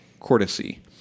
courtesy